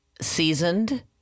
seasoned